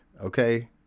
okay